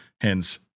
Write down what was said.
Hence